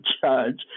judge